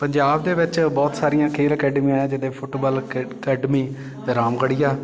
ਪੰਜਾਬ ਦੇ ਵਿੱਚ ਬਹੁਤ ਸਾਰੀਆਂ ਖੇਲ ਅਕੈਡਮੀਆਂ ਆ ਜਿਵੇਂ ਫੁੱਟਬਾਲ ਅਕੈਡਮੀ ਅਤੇ ਰਾਮਗੜੀਆ